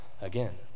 again